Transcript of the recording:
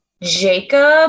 Jacob